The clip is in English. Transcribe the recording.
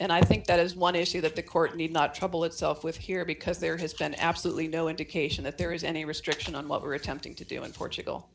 and i think that is one issue that the court need not trouble itself with here because there has been absolutely no indication that there is any restriction on love or attempting to do in portugal